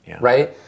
right